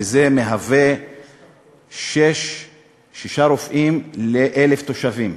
וזה מהווה שישה רופאים ל-1,000 תושבים.